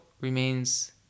remains